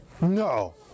No